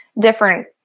different